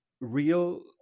real